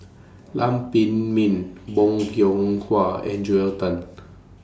Lam Pin Min Bong Hiong Hwa and Joel Tan